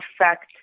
affect